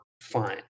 fine